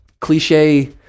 cliche